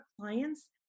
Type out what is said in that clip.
clients